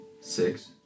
six